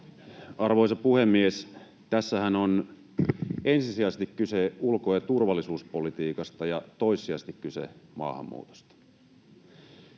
Arvoisa puhemies! Tässähän on ensisijaisesti kyse ulko‑ ja turvallisuuspolitiikasta ja toissijaisesti kyse maahanmuutosta.